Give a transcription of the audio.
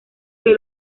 que